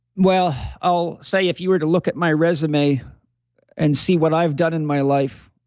well, i'll say if you were to look at my resume and see what i've done in my life,